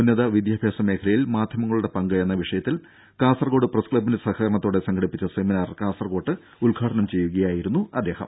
ഉന്നത വിദ്യാഭ്യാസ മേഖലയിൽ മാധ്യമങ്ങളുടെ പങ്ക് എന്ന വിഷയത്തിൽ കാസർകോട് പ്രസ് ക്സബ്ബിന്റെ സഹകരണത്തോടെ സംഘടിപ്പിച്ച സെമിനാർ കാസർകോട്ട് ഉദ്ഘാടനം ചെയ്യുകയായിരുന്നു അദ്ദേഹം